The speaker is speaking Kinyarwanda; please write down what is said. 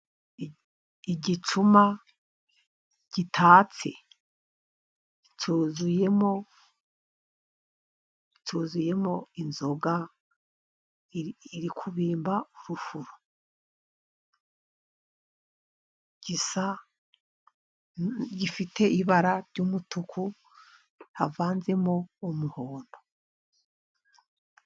Igicuma gitatse cyuzuyemo, cyuzuyemo inzoga iri kubimba fufu, gisa, gifite ibara ry'umutuku havanzemo umuhondo.